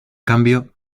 cambio